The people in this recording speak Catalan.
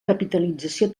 capitalització